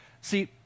See